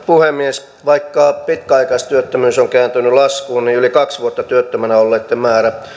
puhemies vaikka pitkäaikaistyöttömyys on kääntynyt laskuun niin yli kaksi vuotta työttöminä olleiden määrä